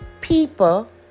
people